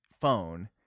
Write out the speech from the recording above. phone